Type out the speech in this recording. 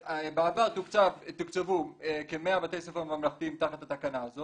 בעבר תוקצבו כ-100 בתי ספר ממלכתיים תחת התקנה הזאת